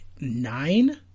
nine